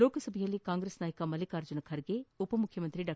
ಲೋಕಸಭೆಯಲ್ಲಿ ಕಾಂಗ್ರೆಸ್ ನಾಯಕ ಮಲ್ಲಿಕಾರ್ಜುನ ಖರ್ಗೆ ಉಪಮುಖ್ಯಮಂತ್ರಿ ಡಾ